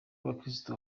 abakirisitu